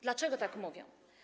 Dlaczego tak mówią?